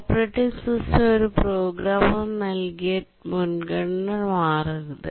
operating system ഒരു programmer നൽകിയ മുൻഗണന മാറ്റരുത്